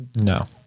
No